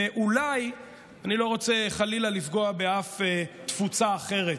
ואולי, אני לא רוצה חלילה לפגוע באף תפוצה אחרת